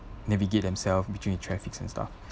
navigate themselves between traffics and stuff